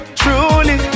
truly